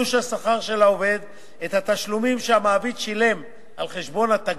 בתלוש השכר של העובד את התשלומים ששילם על חשבון התגמול,